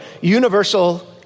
universal